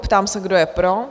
Ptám se, kdo je pro?